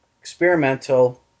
Experimental